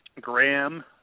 Graham